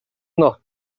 nach